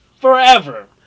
Forever